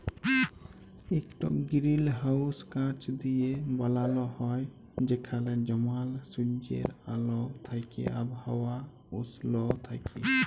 ইকট গিরিলহাউস কাঁচ দিঁয়ে বালাল হ্যয় যেখালে জমাল সুজ্জের আল থ্যাইকে আবহাওয়া উস্ল থ্যাইকে